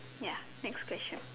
ya next question